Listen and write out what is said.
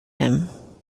him